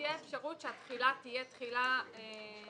שתהיה אפשרות שהתחילה תהיה תחילה גם